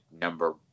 number